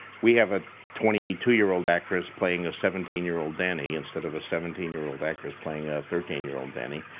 we have a twenty two year old actress playing a seventeen year old dany, instead of a seventeen year old actress playing ah a thirteen year old dany.